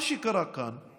מה שקרה כאן הוא